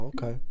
Okay